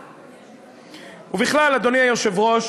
ובכלל, אדוני היושב-ראש,